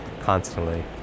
constantly